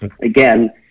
again